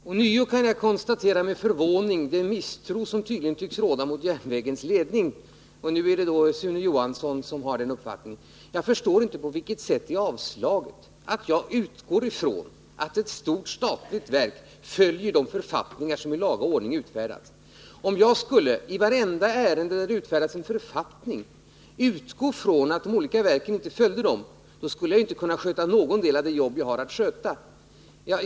Herr talmän! Ånyo kan jag med förvåning konstatera den misstro som tycks råda mot järnvägens ledning. Nu är det Sune Johansson som hyser sådan misstro. Jag förstår inte på vilket sätt det är ”avslaget” att jag utgår från att ett stort statligt verk följer de författningar som i laga ordning utfärdats. Om jag i vartenda ärende, där en författning utfärdats, skulle utgå från att de olika verken inte följer författningarna, skulle jag inte kunna sköta någon del av det jobb jag har att sköta.